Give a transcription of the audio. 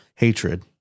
hatred